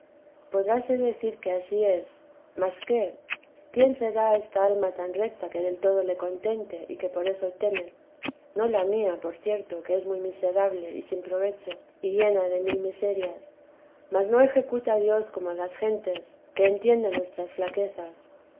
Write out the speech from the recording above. podráse decir que ansí es mas qué quién será esta alma tan recta que del todo le contente y que por eso teme no la mía por cierto que es muy miserable y sin provecho y llena de mil miserias mas no ejecuta dios como las gentes que entiende nuestras flaquezas